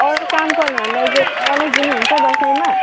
अरू काम गर्नेहरूलाई चाहिँ बोनस दिनुहुन्छ दसैँमा